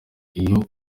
iyo